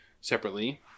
separately